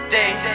day